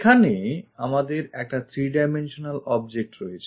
এখানে আমাদের একটা 3 dimensional object রয়েছে